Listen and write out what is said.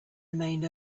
remained